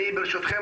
ברשותכם,